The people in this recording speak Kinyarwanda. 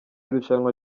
irushanwa